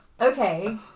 Okay